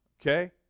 Okay